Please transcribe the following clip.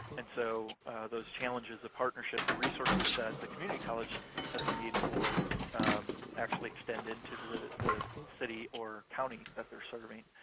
and so those challenges of partnership, the resources that the community college has a need for actually extend into the the city or county that they're serving.